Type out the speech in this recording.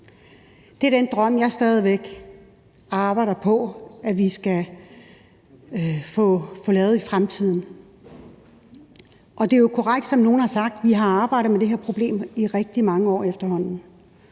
Det er den drøm, jeg stadig væk arbejder på at vi skal få bragt ind i fremtiden. Det er jo korrekt, som nogle har sagt, at vi har arbejdet med det her problem i rigtig mange år efterhånden